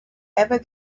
ever